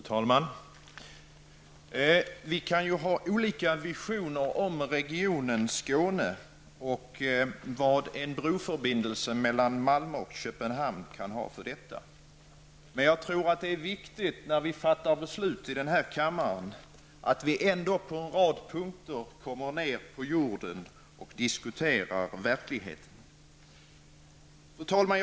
Fru talman! Vi kan ju ha olika visioner om regionen Skåne och vilken betydelse en broförbindelse mellan Malmö och Köpenhamn kan ha. Men jag tror att det är viktigt, när vi fattar beslut i den här kammaren, att vi ändå på en rad punkter kommer ner på jorden och diskuterar verkligheten. Fru talman!